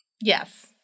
Yes